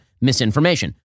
misinformation